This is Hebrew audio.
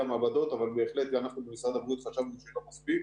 המעבדות אבל בהחלט אנחנו במשרד הבריאות חשבנו שזה לא מספיק.